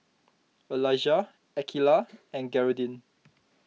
Elijah Akeelah and Gearldine